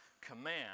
command